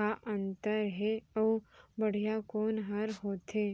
का अन्तर हे अऊ बढ़िया कोन हर होथे?